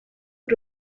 por